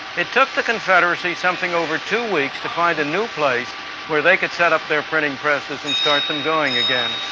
it took the confederacy something over two weeks to find a new place where they could set up their printing presses and start them going again.